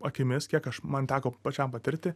akimis kiek aš man teko pačiam patirti